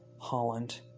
Holland